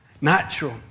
Natural